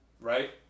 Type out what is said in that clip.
right